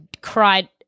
cried